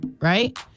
right